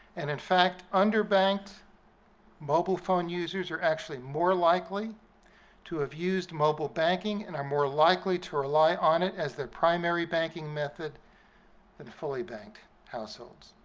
and in fact underbanked mobile phone users are actually more likely to have used mobile banking and are more likely to rely on it as their primary banking method than fully-banked households.